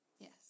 Yes